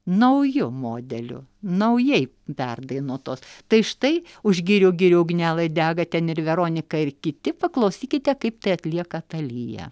nauju modeliu naujai perdainuotos tai štai už girių girių ugnelė dega ten ir veronika ir kiti paklausykite kaip tai atlieka talija